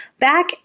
back